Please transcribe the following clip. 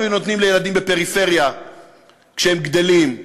נותנים לילדים בפריפריה כשהם גדלים.